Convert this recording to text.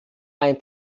ein